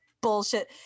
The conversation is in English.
bullshit